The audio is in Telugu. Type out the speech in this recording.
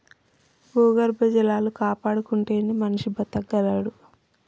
భూగర్భ జలాలు కాపాడుకుంటేనే మనిషి బతకగలడు